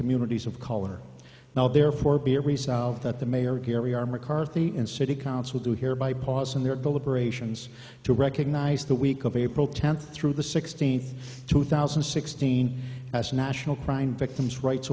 communities of color now therefore be resolved that the mayor here we are mccarthy and city council do hereby pause in their deliberations to recognize the week of april tenth through the sixteenth two thousand and sixteen as national crime victims rights